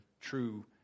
true